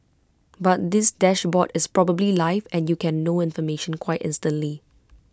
but this dashboard is probably live and you can know information quite instantly